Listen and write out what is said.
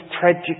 tragic